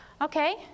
Okay